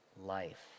life